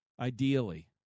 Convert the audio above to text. ideally